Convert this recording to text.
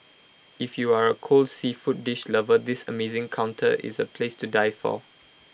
if you are A cold seafood dish lover this amazing counter is A place to die for